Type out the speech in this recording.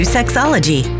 Sexology